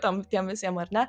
tam tiem visiem ar ne